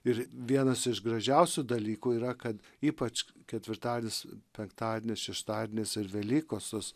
ir vienas iš gražiausių dalykų yra kad ypač ketvirtadienis penktadienis šeštadienis ir velykos